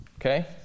Okay